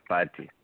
Party